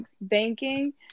banking